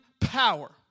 power